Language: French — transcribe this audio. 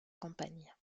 campagne